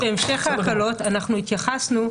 כמו שנראה בהמשך ההקלות אנחנו התייחסנו,